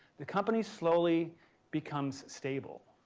the company slowly becomes stable.